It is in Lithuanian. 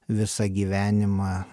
visą gyvenimą